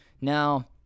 Now